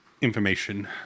information